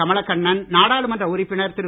கமலக்கண்ணன் நாடாளுமன்ற உறுப்பினர் திரு